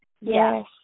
Yes